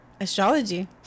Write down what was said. Astrology